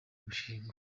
gushingwa